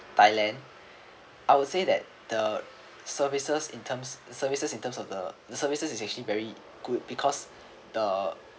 thailand I would say that the services in terms services in terms of the the services is actually very good because the